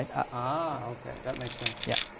ah ah okay. that makes sense. yeah.